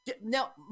Now